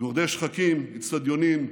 גורדי שחקים, אצטדיונים,